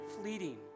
fleeting